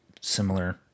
Similar